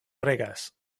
regas